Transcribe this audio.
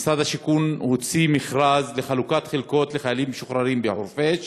משרד השיכון הוציא מכרז לחלוקת חלקות לחיילים משוחררים בחורפיש.